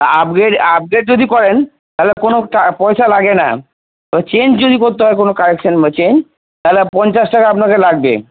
upgrade update যদি করেন তাহলে কোনও পয়সা লাগে না চেঞ্জ যদি করতে হয় কোনও কারেকশান বা চেঞ্জ তাহলে পঞ্চাশ টাকা আপনাকে লাগবে